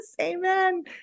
amen